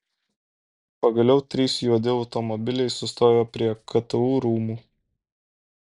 pagaliau trys juodi automobiliai sustojo prie ktu rūmų